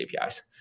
APIs